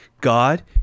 God